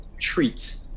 treat